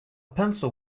pencil